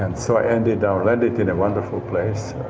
and so and and i landed in a wonderful place.